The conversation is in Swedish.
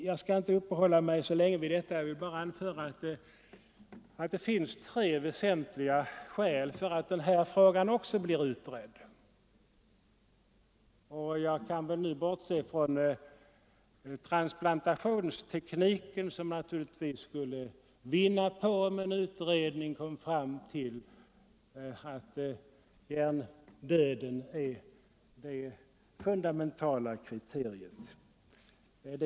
Jag skall inte uppehålla mig så länge vid detta. Jag vill bara anföra tre väsentliga skäl för att frågan om hjärndödsbegreppet blir utredd. Jag kan därvid nu bortse från transplantationstekniken som naturligtvis skulle vinna på att en utredning kom fram till att hjärndöden är det fundamentala kriteriet.